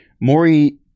Maury